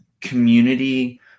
community